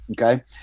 Okay